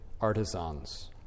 artisans